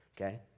Okay